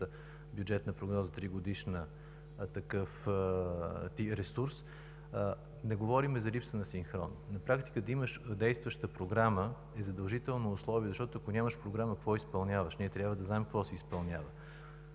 бюджетна прогноза ще се търси такъв ресурс. Не говорим за липсата на синхрон и на практика да имаш действаща програма е задължително условие. Защото, ако нямаш Програма, какво изпълняваш? Ние трябва да знаем какво се изпълнява.